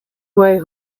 way